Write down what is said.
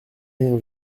rien